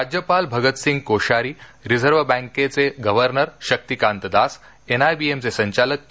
राज्यपाल भगतसिंग कोश्यारी रिझर्व बँकेचे गव्हर्नर शक्तीकांत दास एनआयबीएमचे संचालक के